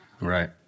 Right